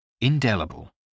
Indelible